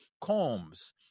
combs